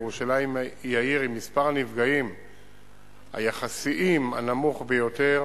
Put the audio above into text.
ירושלים היא העיר עם מספר הנפגעים היחסיים הנמוך ביותר